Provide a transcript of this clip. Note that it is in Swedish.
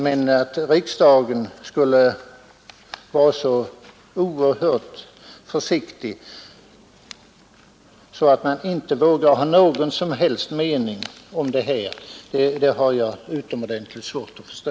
Men att riksdagen skulle vara så oerhört försiktig att man inte vågar ha någon som helst mening om denna fråga har jag utomordentligt svårt att förstå.